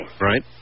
Right